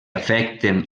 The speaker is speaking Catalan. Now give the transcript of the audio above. afecten